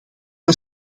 een